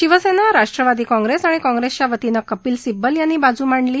शिवसेना राष्ट्रवादी काँग्रेस आणि काँग्रेसच्या वतीनं कपिल सिब्बल यांनी बाजू मांडली